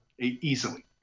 easily